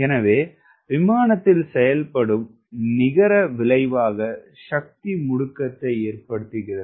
எனவே விமானத்தில் செயல்படும் நிகர விளைவாக சக்தி மூடுக்கத்தை ஏற்படுகிறது